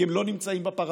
כי הם לא נמצאים בפרמטרים,